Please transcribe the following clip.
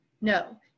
No